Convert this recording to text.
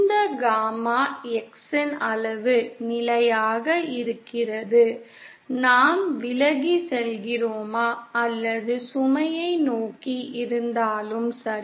இந்த காமா Xன் அளவு நிலையாக இருக்கிறது நாம் விலகிச் செல்கிறோமா அல்லது சுமையை நோக்கி இருந்தாலும் சரி